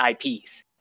IPs